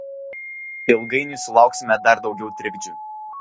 ilgainiui sulauksime dar daugiau trikdžių